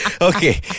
Okay